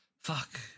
fuck